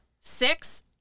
Six